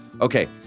okay